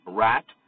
rat